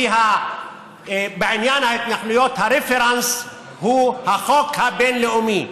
כי בעניין ההתנחלויות הרפרנס הוא החוק הבין-לאומי.